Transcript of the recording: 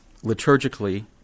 liturgically